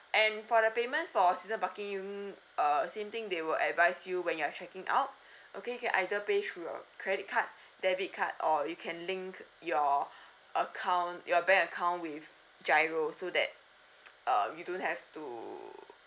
and for the payment for season parking you n~ err same thing they will advise you when you're checking out okay you can either pay through your credit card debit card or you can link your account your bank account with giro so that err you don't have to